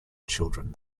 children